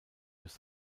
durch